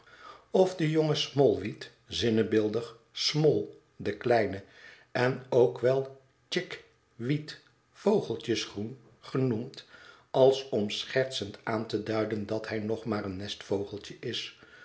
of de jonge smallweed zinnebeeldig small de kleine en ook chik weed vogeltjesgroen genoemd als om schertsend aan te duiden dat hij nog maar een nestvogeltje is